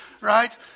right